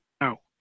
no